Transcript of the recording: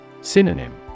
Synonym